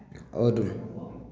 आओर